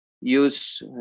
use